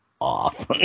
off